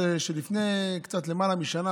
שלפני קצת למעלה משנה,